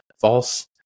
false